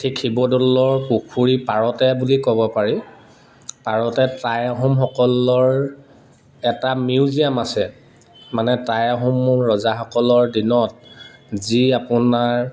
ঠিক শিৱদৌলৰ পুখুৰী পাৰতে বুলি ক'ব পাৰি পাৰতে টাই আহোমসকলৰ এটা মিউজিয়াম আছে মানে টাই আহোম ৰজাসকলৰ দিনত যি আপোনাৰ